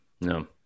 no